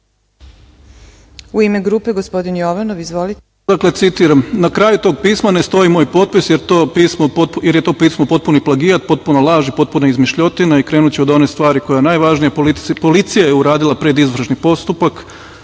U ime grupe gospodin, Jovanov. Izvolite.